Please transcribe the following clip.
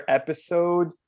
episode